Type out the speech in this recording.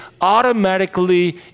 automatically